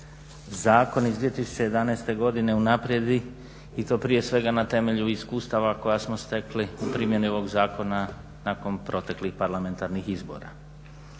zakon iz 2011. godine unaprijedi i to prije svega na temelju iskustava koja smo stekli u primjeni ovog zakona nakon proteklih parlamentarnih izbora.